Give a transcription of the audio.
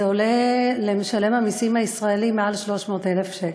עולה למשלם המסים הישראלי יותר מ-300,000 שקל.